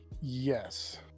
yes